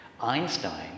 Einstein